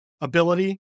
ability